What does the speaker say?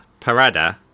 parada